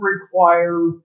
require